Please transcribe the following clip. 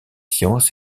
sciences